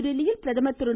புதுதில்லியில் பிரதமர் திரு